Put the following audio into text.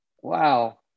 Wow